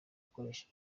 gukoresha